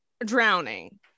drowning